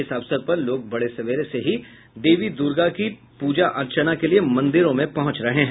इस अवसर पर लोग बड़े सवेरे से ही देवी दुर्गा की पूजा अर्चना के लिये मंदिरों में पहुंच रहे हैं